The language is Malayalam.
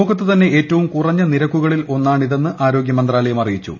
ലോകത്ത് തന്നെ ഏറ്റവും കുറഞ്ഞ നിരക്കുകളിൽ ഒന്നാണിതെന്ന് ആരോഗ്യമന്ത്രാലയം അറിയിച്ചു